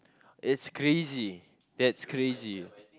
it's crazy that's crazy